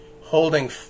holding